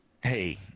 hey